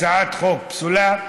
הצעת החוק פסולה,